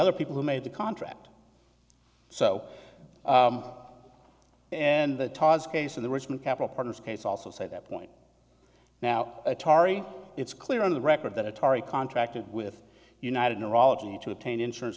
other people who made the contract so and the case of the richmond capital partners case also say that point now atari it's clear on the record that atari contracted with united neurology to obtain insurance